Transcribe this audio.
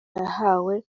yahawe